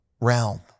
realm